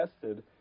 tested